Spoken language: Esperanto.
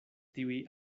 tiuj